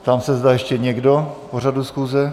Ptám se, zda ještě někdo k pořadu schůze?